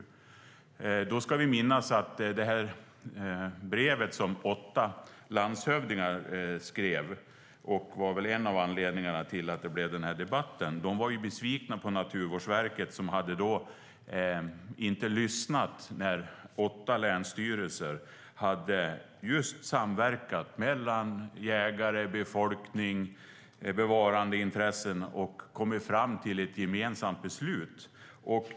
"Då ska vi minnas det brev som åtta landshövdingar skrev, som väl var en av anledningarna till den debatt som blev. De var besvikna på Naturvårdsverket, som inte hade lyssnat när åtta länsstyrelser hade samverkat mellan jägare, befolkning och bevarandeintressen och hade kommit fram till ett gemensamt beslut.